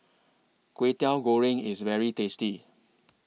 Kway Teow Goreng IS very tasty